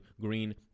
green